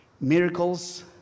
miracles